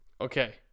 Okay